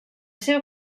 seva